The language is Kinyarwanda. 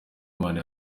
imana